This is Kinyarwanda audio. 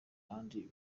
ahandi